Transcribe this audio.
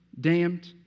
damned